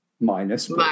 minus